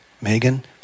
Megan